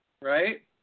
right